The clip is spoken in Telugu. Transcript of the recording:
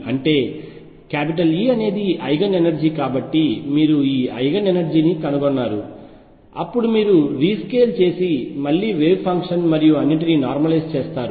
అంటే E అనేది ఐగెన్ ఎనర్జీ కాబట్టి మీరు మీ ఐగెన్ ఎనర్జీని కనుగొన్నారు అప్పుడు మీరు రీస్కేల్ చేసి మళ్లీ వేవ్ ఫంక్షన్ మరియు అన్నింటినీ నార్మలైజ్ చేస్తారు